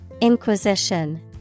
Inquisition